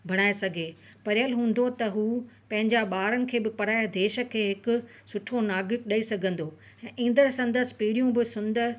बणाए सघे पढ़ियल हूंदो त हू पंहिंजा ॿारनि खे बि पढ़ाए देश खे हिकु सुठो नागरिक ॾेई सघंदो ईंदसि संदसि पीढ़ियूं बि सुंदर